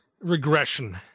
regression